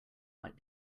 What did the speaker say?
might